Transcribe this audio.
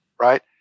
Right